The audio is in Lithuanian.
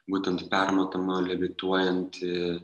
būtent permatoma levituojanti